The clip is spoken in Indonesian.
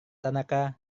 tanaka